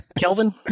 Kelvin